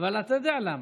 אבל אתה יודע למה?